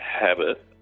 habit